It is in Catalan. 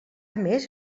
més